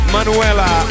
Manuela